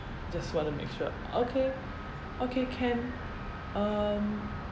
just want to make sure okay okay can um